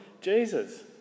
Jesus